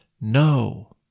No